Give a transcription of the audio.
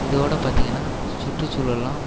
இதோடு பார்த்தீங்கன்னா சுற்றுச்சூழல்லாம்